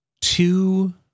two